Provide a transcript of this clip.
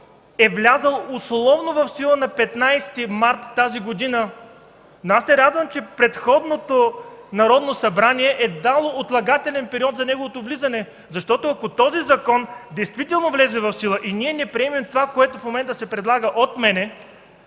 е влязъл условно в сила на 15 март тази година, но аз се радвам, че предходното Народно събрание е дало отлагателен период за неговото влизане, защото ако този закон действително влезе в сила и ние не приемем това, което в момента се предлага от мен